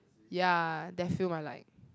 ya that film I like